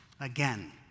Again